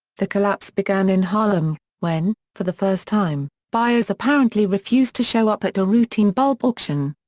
the collapse began in haarlem, when, for the first time, buyers apparently refused to show up at a routine bulb auction.